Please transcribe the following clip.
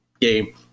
game